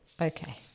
Okay